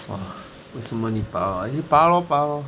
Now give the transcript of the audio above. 哇为什么你拔拔 lor 拔 lor